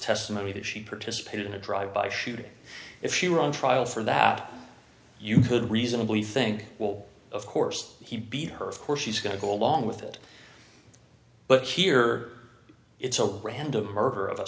testimony that she participated in a drive by shooting if you're on trial for that you could reasonably think well of course he beat her of course she's going to go along with it but here it's all random murder of a